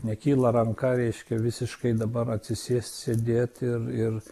nekyla ranka reiškia visiškai dabar atsisėst sėdėt ir ir